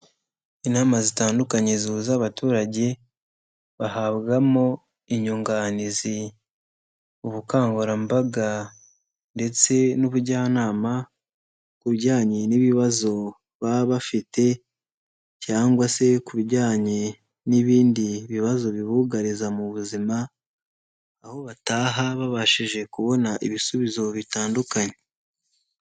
Inama zitandukanye zihuza abaturage bahabwamo inyunganizi, ubukangurambaga ndetse n'ubujyanama ku bijyanye n'ibibazo baba bafite cyangwa se ku bijyanye n'ibindi bibazo bibugariza mu buzima, aho bataha babashije kubona ibisubizo bitandukanye.